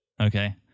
Okay